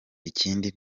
ikindi